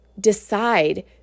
decide